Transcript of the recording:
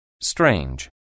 Strange